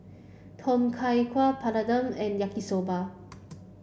Tom Kha Gai Papadum and Yaki Soba